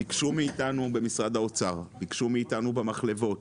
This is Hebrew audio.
ביקשו מאיתנו במשרד האוצר, ביקשו מאיתנו במחלבות